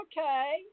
okay